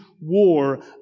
war